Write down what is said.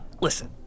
listen